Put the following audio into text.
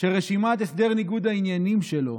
שרשימת הסדר ניגוד העניינים שלו